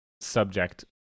subject